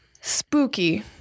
spooky